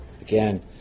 Again